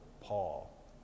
Paul